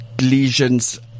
lesions